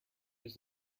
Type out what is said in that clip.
was